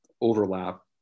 overlap